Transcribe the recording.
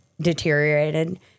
deteriorated